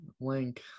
link